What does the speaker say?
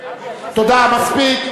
שאין לו שום פנייה פוליטית.